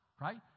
right